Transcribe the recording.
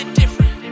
different